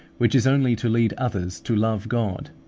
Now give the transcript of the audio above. which is only to lead others to love god,